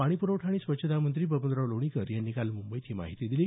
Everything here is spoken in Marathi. पाणी प्रवठा आणि स्वच्छता मंत्री बबनराव लोणीकर यांनी काल मुंबईत ही माहिती दिली